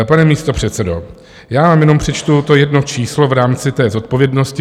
Pane místopředsedo, já vám jenom přečtu to jedno číslo v rámci té zodpovědnosti.